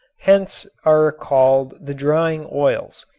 hence are called the drying oils,